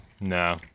no